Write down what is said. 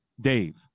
Dave